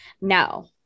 No